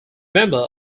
member